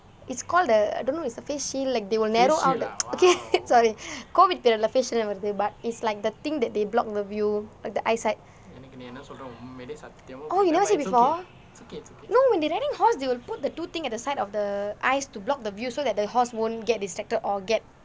it's called the I don't know is the face shield like they will narrow out the okay sorry COVID period இல்லே:ille face shield னு வருது:nu varuthu but it's like the thing that they block the view the eyesight oh you never see before no when they riding horse they will put the two thing at the side of the eyes to block the view so that the horse won't get distracted or get